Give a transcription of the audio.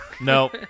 No